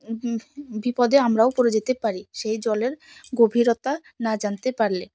বিপদে আমরাও পড়ে যেতে পারি সেই জলের গভীরতা না জানতে পারলে